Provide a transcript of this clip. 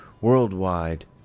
worldwide